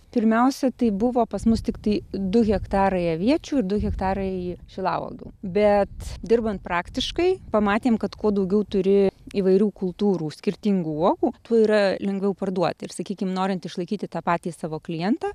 pirmiausia tai buvo pas mus tiktai du hektarai aviečių ir du hektarai šilauogių bet dirbant praktiškai pamatėm kad kuo daugiau turi įvairių kultūrų skirtingų uogų tuo yra lengviau parduoti ir sakykime norint išlaikyti tą patį savo klientą